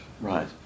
Right